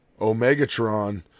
Omegatron